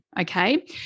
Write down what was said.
Okay